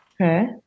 Okay